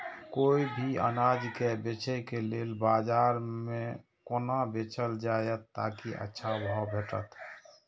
कोय भी अनाज के बेचै के लेल बाजार में कोना बेचल जाएत ताकि अच्छा भाव भेटत?